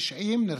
לכ-90 נרצחים,